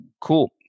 cool